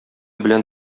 белән